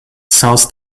south